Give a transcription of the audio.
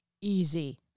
easy